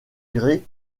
grès